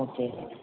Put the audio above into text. okay